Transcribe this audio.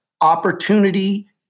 opportunity